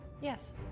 Yes